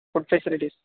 food facilities